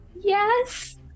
Yes